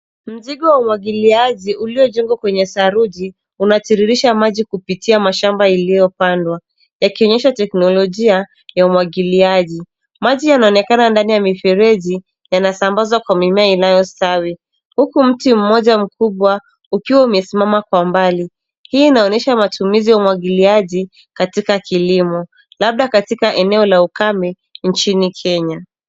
Mzigo wa umwagiliaji uliojengwa kwenye saruji unatiririsha maji kupitia mashamba iliyopandwa yakionyesha teknolojia ya umwagiliaji. Maji yanaonekana ndani ya mifereji yanasambazwa kwa mimea inayostawi huku mti mmoja mkubwa ukiwa umesimama kwa mbali. Hii inaonyesha matumizi ya umwagiliaji katika kilimo labda katika eneo la ukame nchini Kenya.